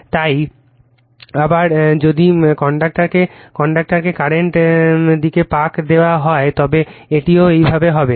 তাই আবার যদি কন্ডাক্টরকে কারেন্টের দিকে পাক দেওয়া হয় তবে এটিও এইভাবে হবে